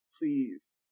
please